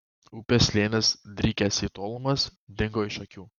upės slėnis drykęs į tolumas dingo iš akių